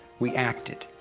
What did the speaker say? we acted.